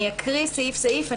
אקרא סעיף-סעיף,